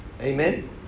Amen